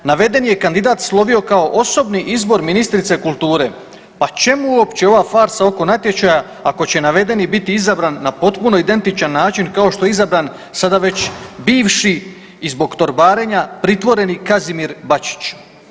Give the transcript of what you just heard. Naveden je kandidat slovio kao osobni izbor ministrice kulture, pa čemu uopće ova farsa oko natječaja ako će navedeni biti izabran na potpuno identičan način kao što je izabran sada već bivši i zbog torbarenja pritvoreni Kazimir Bačić.